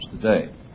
today